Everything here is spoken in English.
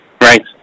Right